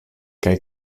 kaj